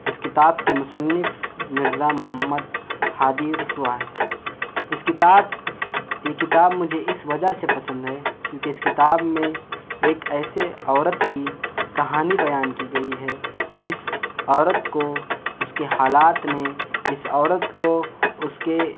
اس کتاب کے مصنّف مرزا محمد ہادی رسوا ہیں اس کتاب یہ کتاب مجھے اس وجہ سے پسند ہے کیوں کہ اس کتاب میں ایک ایسے عورت کی کہانی بیان کی گئی ہے جس عورت کو اس کے حالات نے جس عورت کو اس کے